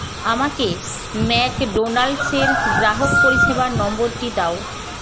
আমাকে ম্যাকডোনাল্ডসের গ্রাহক পরিষেবা নম্বরটি দাও